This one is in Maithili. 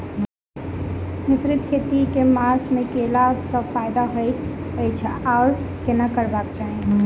मिश्रित खेती केँ मास मे कैला सँ फायदा हएत अछि आओर केना करबाक चाहि?